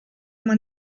man